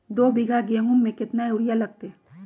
दो बीघा गेंहू में केतना यूरिया लगतै?